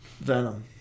Venom